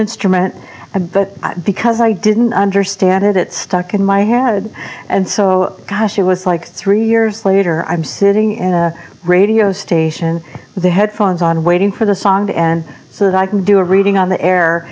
instrument and that because i didn't understand it it stuck in my head and so she was like three years later i'm sitting in a radio station the headphones on waiting for the song and so that i can do a reading on the air